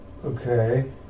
Okay